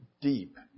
deep